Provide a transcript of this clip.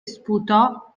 sputò